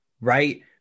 Right